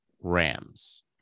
Rams